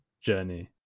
journey